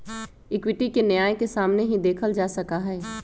equity के न्याय के सामने ही देखल जा सका हई